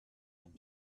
him